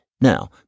Now